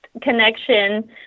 connection